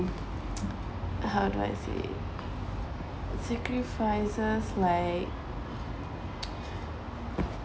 how do I say it sacrifices like